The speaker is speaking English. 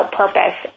purpose